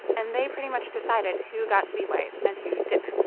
and they pretty much decided who got to be white and who didn't.